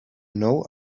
know